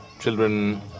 Children